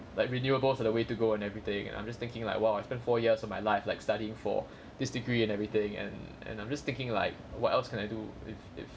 like renewables are the way to go and everything and I'm just thinking like !wow! I spent four years of my life like studying for this degree and everything and and I'm just thinking like what else can I do if if